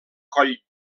coll